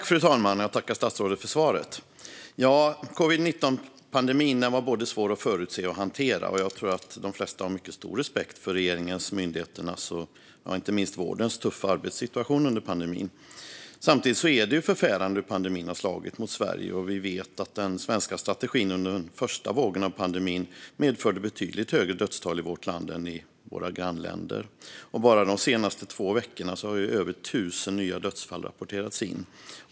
Fru talman! Jag tackar statsrådet för svaret. Covid-19-pandemin var svår att förutse och att hantera. Jag tror att de flesta har mycket stor respekt för regeringens, myndigheternas och inte minst vårdens tuffa arbetssituation under pandemin. Samtidigt är det förfärande hur pandemin har slagit mot Sverige. Vi vet att den svenska strategin under den första vågen av pandemin medförde betydligt högre dödstal i vårt land än i våra grannländer. Bara de senaste två veckorna har över tusen nya dödsfall rapporterats in.